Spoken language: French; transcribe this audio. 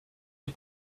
les